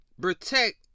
Protect